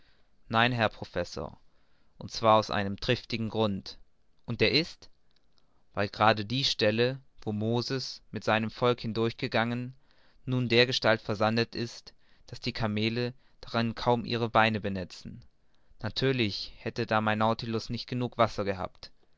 nein herr professor und zwar aus einem triftigen grund und der ist weil gerade die stelle wo moses mit seinem volk hindurch gegangen nun dergestalt versandet ist daß die kameele darin kaum ihre beine benetzen natürlich hätte da mein nautilus nicht wasser genug gehabt